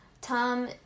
Tom